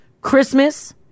Christmas